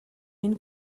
энэ